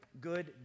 good